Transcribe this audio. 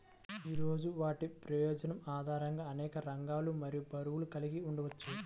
హీరోలు వాటి ప్రయోజనం ఆధారంగా అనేక రకాలు మరియు బరువులు కలిగి ఉండవచ్చు